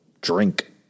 drink